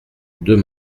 deux